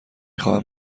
خواهم